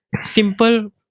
simple